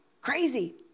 Crazy